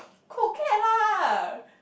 cold cat lah